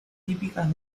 típicas